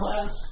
class